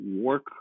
work